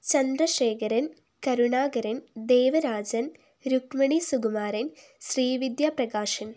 Chandrasekharan Karunakaran Devarajan Rukmini Sukumaran Srividya Prakashan